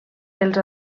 els